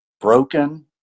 broken